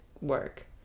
work